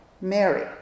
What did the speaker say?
Mary